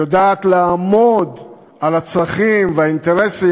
היא יודעת לעמוד על הצרכים והאינטרסים